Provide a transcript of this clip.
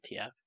tf